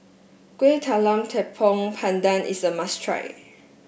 Kueh Talam Tepong Pandan is a must try